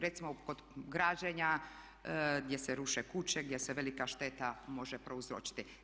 Recimo kod građenja gdje se ruše kuće, gdje se velika šteta može prouzročiti.